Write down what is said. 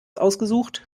ausgesucht